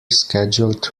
scheduled